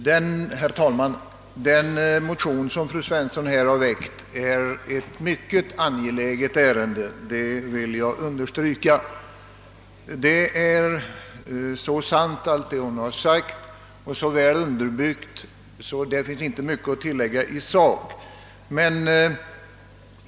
Herr talman! Denna motion som fru Svensson har väckt behandlar ett mycket angeläget ärende, det vill jag kraftigt understryka. Allt vad fru Svensson har sagt är så sant och så väl underbyggt att det inte finns mycket att tilllägga i sak.